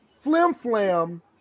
flim-flam